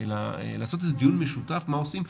אלא לעשות דיון משותף מה עושים,